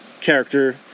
character